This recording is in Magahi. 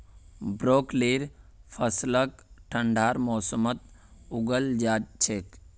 ब्रोकलीर फसलक ठंडार मौसमत उगाल जा छेक